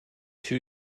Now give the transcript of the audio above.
two